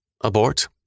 Abort